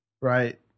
Right